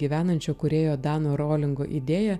gyvenančio kūrėjo dano rolingo idėja